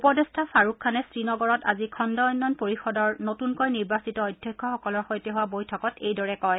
উপদেষ্টা ফাৰুক খানে শ্ৰীনগৰত আজি খণ্ড উন্নয়ন পৰিষদৰ নতুনকৈ নিৰ্বাচিত অধ্যক্ষসকলৰ সৈতে হোৱা বৈঠকত এইদৰে কয়